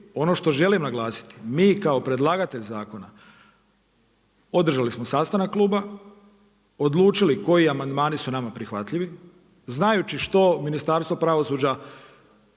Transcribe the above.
ono što želim naglasiti, mi kao predlagatelj zakona održali smo sastanak kluba, odlučili koji amandmani su nama prihvatljivi, znajući što Ministarstvo pravosuđa